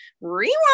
rewind